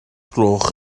gloch